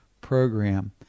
program